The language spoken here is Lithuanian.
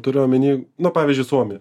turiu omeny na pavyzdžiui suomija